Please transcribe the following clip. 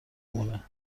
مونه